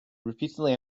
repeatedly